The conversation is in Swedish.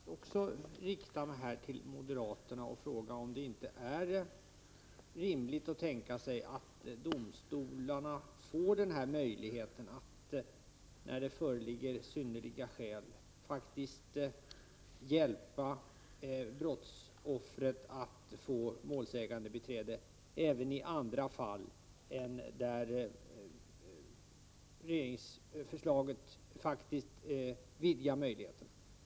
Herr talman! Också jag vill rikta mig till moderaterna. Är det inte rimligt att tänka sig att domstolarna får möjlighet att hjälpa brottsoffret att när det föreligger synnerliga skäl få målsägandebiträde även i andra fall än de där regeringsförslaget utvidgar möjligheterna?